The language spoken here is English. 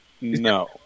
no